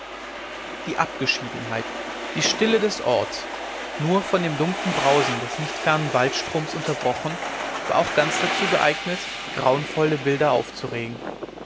die abgeschiedenheit die stille des orts nur von dem dumpfen brausen des nicht fernen waldstroms unterbrochen war auch ganz dazu geeignet grauenvolle bilder aufzuregen